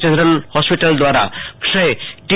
general hospital દ્વારા ક્ષય T